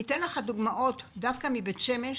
אני אתן לך דוגמאות דווקא מבית שמש